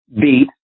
beat